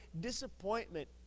disappointment